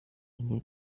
dinge